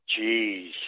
jeez